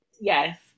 yes